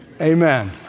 Amen